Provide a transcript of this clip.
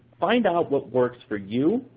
find out what works for you,